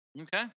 Okay